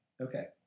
Okay